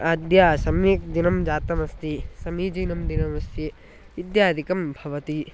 अद्य सम्यक् दिनं जातमस्ति समीचीनं दिनमस्ति इत्यादिकं भवति